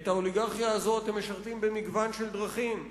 את האוליגרכיה הזו אתם משרתים במגוון של דרכים,